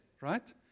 right